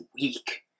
week